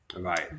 Right